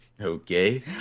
okay